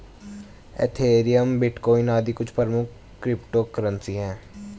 Ethereum, bitcoin आदि कुछ प्रमुख क्रिप्टो करेंसी है